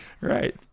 Right